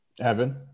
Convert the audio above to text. Evan